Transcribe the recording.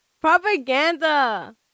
Propaganda